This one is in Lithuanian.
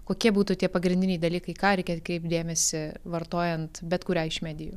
kokie būtų tie pagrindiniai dalykai į ką reikia atkreipt dėmesį vartojant bet kurią iš medijų